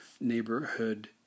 neighborhood